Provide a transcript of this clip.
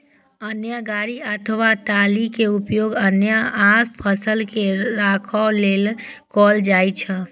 अन्न गाड़ी अथवा ट्रॉली के उपयोग अन्न आ फसल के राखै लेल कैल जाइ छै